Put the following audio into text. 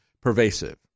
pervasive